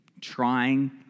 trying